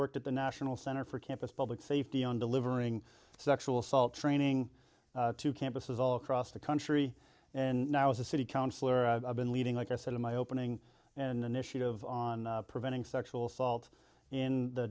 worked at the national center for campus public safety on delivering sexual assault training to campuses all across the country and now as a city councilor i've been leading like i said in my opening an initiative on preventing sexual assault in the